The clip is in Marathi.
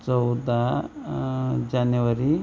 चौदा जानेवारी